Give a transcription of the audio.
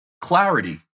clarity